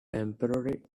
temporary